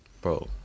Bro